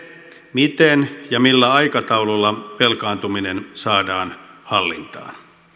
miten ja millä aikataululla velkaantuminen saadaan hallintaan